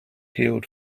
healed